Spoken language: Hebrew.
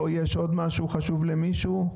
או שיש עוד משהו חשוב למישהו?